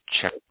check